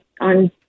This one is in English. on